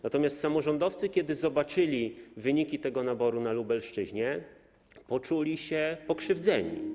Natomiast samorządowcy, kiedy zobaczyli wyniki tego naboru na Lubelszczyźnie, poczuli się pokrzywdzeni.